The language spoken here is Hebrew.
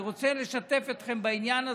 אני רוצה לשתף אתכם בעניין הזה.